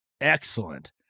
Excellent